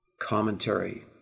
commentary